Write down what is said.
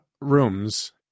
rooms